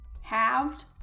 Halved